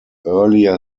earlier